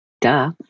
duh